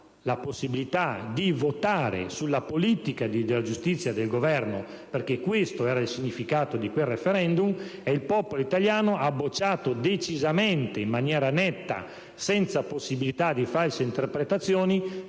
la possibilità di votare sulla politica del Governo sulla giustizia (perché questo era il significato di quel *referendum*) e il popolo italiano ha bocciato decisamente, in maniera netta e senza possibilità di false interpretazioni